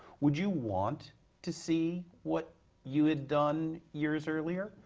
would you want to see what you had done years earlier?